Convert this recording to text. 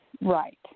Right